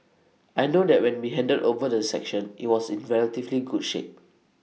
I know that when we handed over the section IT was in relatively good shape